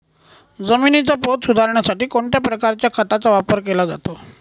जमिनीचा पोत सुधारण्यासाठी कोणत्या प्रकारच्या खताचा वापर केला जातो?